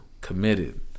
committed